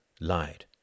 lied